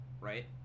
right